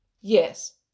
Yes